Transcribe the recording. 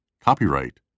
copyright